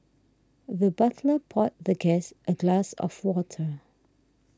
the butler poured the guest a glass of water